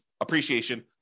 appreciation